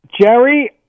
Jerry